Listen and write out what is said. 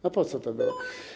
No po co to było?